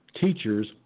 teachers